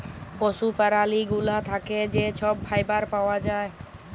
পশু প্যারালি গুলা থ্যাকে যে ছব ফাইবার পাউয়া যায়